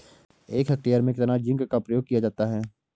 एक हेक्टेयर में कितना जिंक का उपयोग किया जाता है?